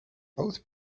both